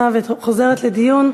התשע"ה 2014,